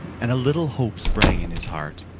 and a little hope sprang in his heart.